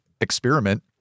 experiment